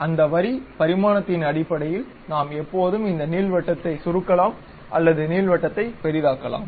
அந்த வரி பரிமாணத்தின் அடிப்படையில் நாம் எப்போதும் இந்த நீள்வட்டத்தை சுருக்கலாம் அல்லது நீள்வட்டத்தை பெரிதாக்கலாம்